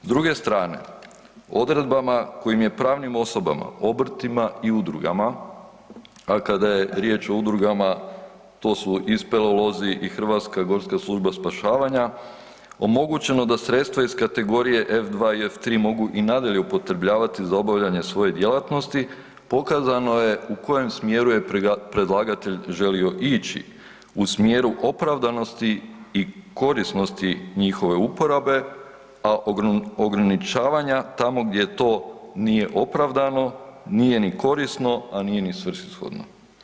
S druge strane, odredbama kojim je pravim osobama, obrtima i udrugama, a kada je riječ o udrugama to su i speleolozi i HGSS omogućeno da sredstva iz kategorije F2 i F3 mogu i nadalje upotrebljavati za obavljanje svoje djelatnosti pokazano je u kojem je smjeru predlagatelj želio ići u smjeru opravdanosti i korisnosti njihove uporabe, a ograničavanja tamo gdje to nije opravdano, nije ni korisno, a nije ni svrsishodno.